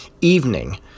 evening